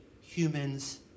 humans